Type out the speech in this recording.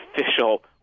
official